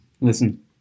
listen